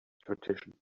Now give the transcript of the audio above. tradition